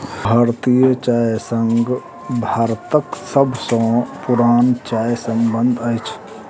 भारतीय चाय संघ भारतक सभ सॅ पुरान चाय संघ अछि